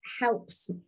helps